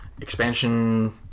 expansion